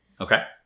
Okay